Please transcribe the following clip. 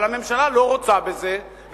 אבל הממשלה לא רוצה בזה,